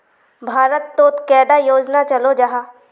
भारत तोत कैडा योजना चलो जाहा?